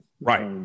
Right